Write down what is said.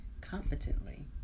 competently